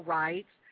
rights